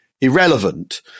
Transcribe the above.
irrelevant